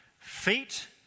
Feet